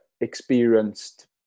experienced